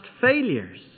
failures